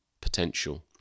potential